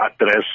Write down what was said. address